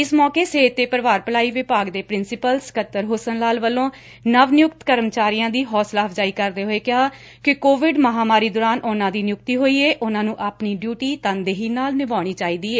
ਇਸ ਮੌਕੇ ਸਿਹਤ ਤੇ ਪਰਿਵਾਰ ਭਲਾਈ ਵਿਭਾਗ ਦੈ ਪ੍ਰਿੰਸੀਪਲ ਸਕੱਤਰ ਹੁਸਨ ਲਾਲ ਵਲੋਂ ਨਵ ਨਿਯੁਕਤ ਕਰਮਚਾਰੀਆਂ ਦੀ ਹੌਸਲਾ ਅਫਜਾਈ ਕਰਦੇ ਹੋਏ ਕਿਹਾ ਕਿ ਕੋਵਿਡ ਮਹਾਂਮਾਰੀ ਦੌਰਾਨ ਉਨ੍ਹਾਂ ਦੀ ਨਿਯੁਕਤੀ ਹੋਈ ਏ ਉਨ੍ਹਾਂ ਨੂੰ ਆਪਣੀ ਡਿਊਟੀ ਤਨਦੇਹੀ ਨਾਲ ਨਿਭਾਉਣੀ ਚਾਹੀਦੀ ਏ